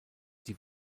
die